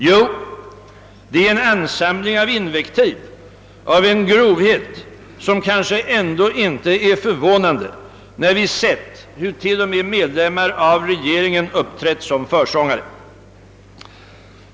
Jo, det är en ansamling av invektiv av en grovhet som kanske ändå inte är förvånande när vi sett hur t.o.m. medlemmar av regeringen uppträtt som försångare.